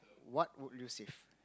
what would you save